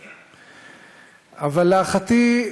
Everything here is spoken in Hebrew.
אבל, להערכתי,